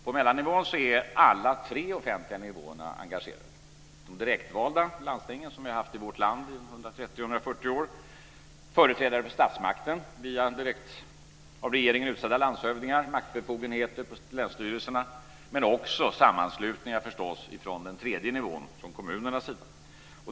På mellannivån är alla tre offentliga nivåer engagerade - de direktvalda landstingen som vi har haft i vårt land under 130-140 år, företrädare för statsmakten via direkt av regeringen utsedda landshövdingar och maktbefogenheter på länsstyrelserna men också förstås sammanslutningar från den tredje nivån, från kommunernas sida.